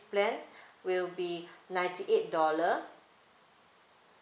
plan will be ninety eight dollar